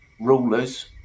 rulers